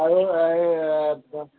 আৰু এই